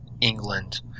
England